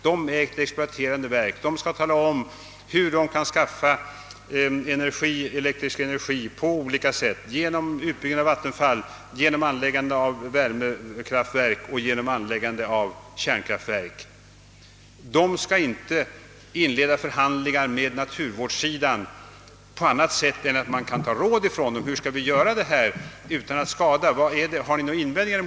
Det är ett exploaterande verk som skall tala om, hur vi kan skaffa elektrisk energi på olika sätt: genom utbyggnad av vattenfall, genom anläggande av värmekraftverk och genom anläggande av kärnkraftverk. Men vattenfallsverket skall inte inleda förhandlingar med naturvårdssidan på annat sätt än att råd inhämtas. Vattenfallsverket kan naturligtvis fråga: Hur skall vi göra detta utan att skada? Har ni några invändningar?